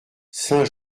saint